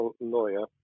lawyer